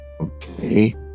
Okay